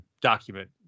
document